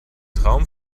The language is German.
traum